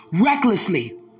Recklessly